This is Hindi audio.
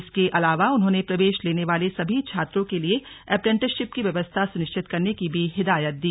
इसके अलावा उन्होंने प्रवेश लेने वाले सभी छात्रों के लिए अप्रेन्टशिप की व्यवस्था सुनिश्चित करने की भी हिदायत दी